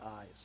eyes